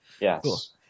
Yes